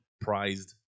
prized